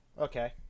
Okay